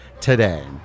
today